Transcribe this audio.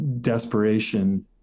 desperation